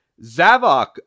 Zavok